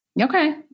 Okay